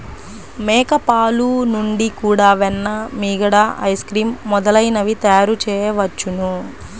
మేక పాలు నుండి కూడా వెన్న, మీగడ, ఐస్ క్రీమ్ మొదలైనవి తయారుచేయవచ్చును